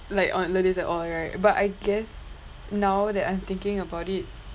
like and all right but I guess now that I'm thinking about it